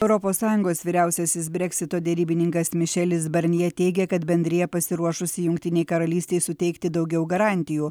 europos sąjungos vyriausiasis breksito derybininkas mišelis barnjė teigiė kad bendrija pasiruošusi jungtinei karalystei suteikti daugiau garantijų